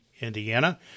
Indiana